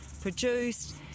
produced